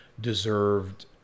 deserved